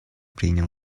принял